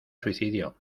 suicidio